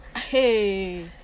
Hey